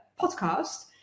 podcast